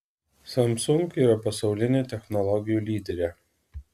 samsung yra pasaulinė technologijų lyderė